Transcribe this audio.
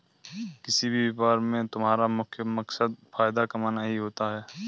किसी भी व्यापार में तुम्हारा मुख्य मकसद फायदा कमाना ही होता है